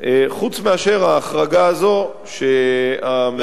חוץ מאשר ההחרגה הזאת שהממשלה,